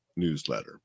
newsletter